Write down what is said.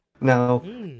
Now